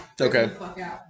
okay